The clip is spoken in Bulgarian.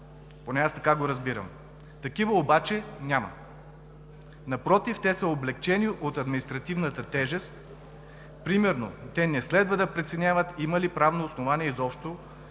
Поне аз така го разбирам. Такива няма. Напротив, те са облекчени от административната тежест. Примерно те не следва да преценяват имат ли правно основание изобщо